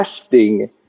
testing